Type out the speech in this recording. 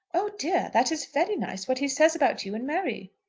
oh dear that is very nice what he says about you and mary.